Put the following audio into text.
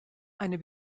eine